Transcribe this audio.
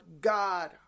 God